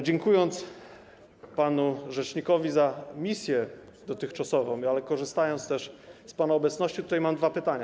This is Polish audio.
Dziękując panu rzecznikowi za misję dotychczasową, korzystając też z pana obecności tutaj, mam dwa pytania.